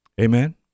Amen